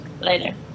later